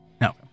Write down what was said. No